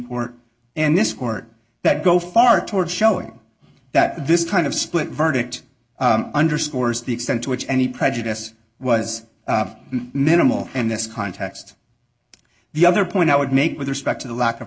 court and this court that go far toward showing that this kind of split verdict underscores the extent to which any prejudice was minimal and this context the other point i would make with respect to the lack of